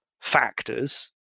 factors